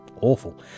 awful